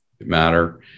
matter